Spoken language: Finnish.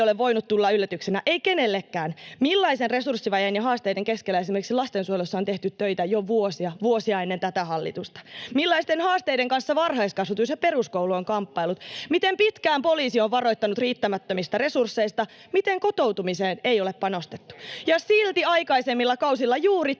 ei ole voinut tulla yllätyksenä — ei kenellekään — se, millaisen resurssivajeen ja haasteiden keskellä esimerkiksi lastensuojelussa on tehty töitä jo vuosia, vuosia ennen tätä hallitusta. Millaisten haasteiden kanssa varhaiskasvatus ja peruskoulu on kamppaillut. Miten pitkään poliisi on varoittanut riittämättömistä resursseista. Miten kotoutumiseen ei ole panostettu, [Välihuutoja perussuomalaisten